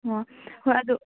ꯑꯣ ꯍꯣꯏ ꯑꯗꯨ